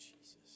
Jesus